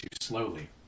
slowly